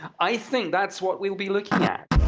i think that's what we'll be looking at